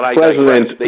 president